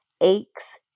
aches